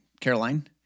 Caroline